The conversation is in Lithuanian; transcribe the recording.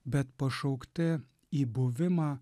bet pašaukti į buvimą